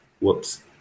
whoops